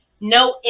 no